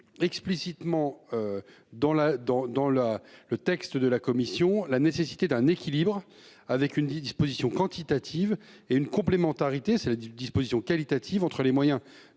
la, dans dans la. Le texte de la commission, la nécessité d'un équilibre avec une disposition quantitative et une complémentarité c'est la disposition qualitative entre les moyens